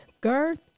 girth